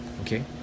Okay